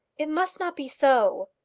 it must not be so.